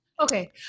Okay